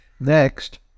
Next